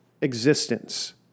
existence